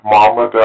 Mama